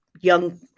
young